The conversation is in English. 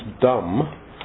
dumb